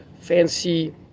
fancy